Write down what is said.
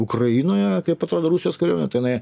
ukrainoje kaip atrodo rusijos kariuomenė tai jinai